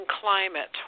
climate